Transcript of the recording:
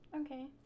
okay